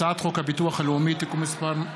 הצעת חוק הביטוח הלאומי (תיקון מס' 207),